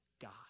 God